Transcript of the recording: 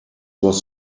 was